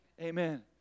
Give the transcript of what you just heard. Amen